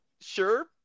sure